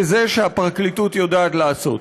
כזה שהפרקליטות יודעת לעשות.